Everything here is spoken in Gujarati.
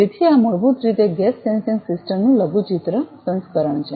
તેથી આ મૂળભૂત રીતે ગેસ સેન્સિંગ સિસ્ટમનું લઘુચિત્ર લઘુચિત્ર સંસ્કરણ છે